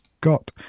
got